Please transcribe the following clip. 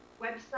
website